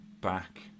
back